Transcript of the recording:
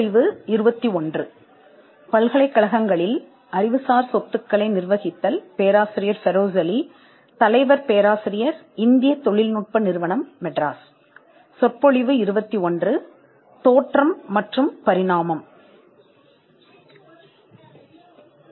Now let us look at the Origin and Evolution of Copyright